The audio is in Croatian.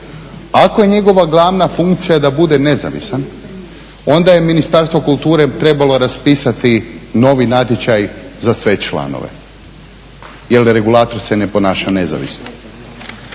Ako je njegova glavna funkcija da bude nezavisan, onda je Ministarstvo kulture trebalo raspisati novi natječaj za sve članove jer regulator se ne ponaša nezavisno.